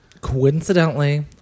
coincidentally